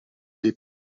des